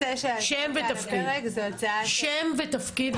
שם ותפקיד.